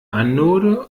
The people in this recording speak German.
anode